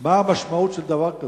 מה המשמעות של הדבר הזה.